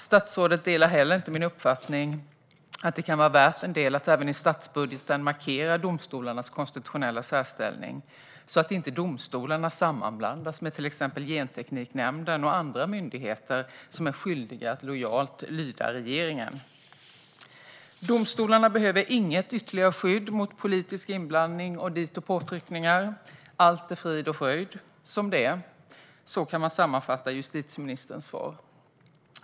Statsrådet delar heller inte min uppfattning att det kan vara värt en del att även i statsbudgeten markera domstolarnas konstitutionella särställning, så att domstolarna inte sammanblandas med exempelvis Gentekniknämnden och andra myndigheter som är skyldiga att lojalt lyda regeringen. Domstolarna behöver inget ytterligare skydd mot politisk inblandning och dito påtryckningar. Allt är frid och fröjd, och det är bra som det är. Så här kan man sammanfatta justitieministerns svar.